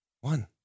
One